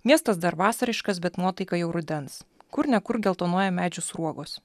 miestas dar vasariškas bet nuotaika jau rudens kur ne kur geltonuoja medžių sruogos